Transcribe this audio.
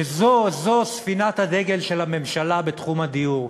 שזו-זו ספינת הדגל של הממשלה בתחום הדיור,